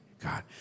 God